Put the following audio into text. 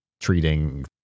treating